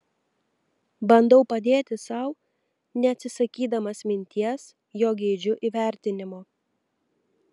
bandau padėti sau neatsisakydamas minties jog geidžiu įvertinimo